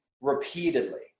repeatedly